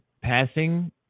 passing